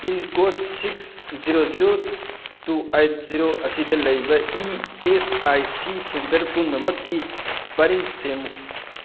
pin code six zero zero two eight zero ꯑꯁꯤꯗ ꯂꯩꯕ E S I C centre ꯄꯨꯝꯅꯃꯛꯀꯤ ꯄꯔꯤꯡ ꯁꯦꯝꯃꯨ